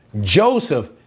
Joseph